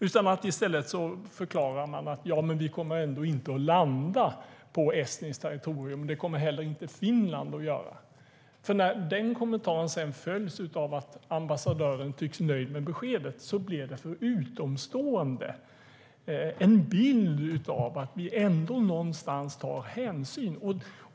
I stället förklarar hon att Sverige inte kommer att landa på estniskt territorium och att det kommer inte heller Finland att göra. När den kommentaren följs av att ambassadören tycks nöjd med beskedet blir det för utomstående en bild av att Sverige ändå någonstans tar hänsyn.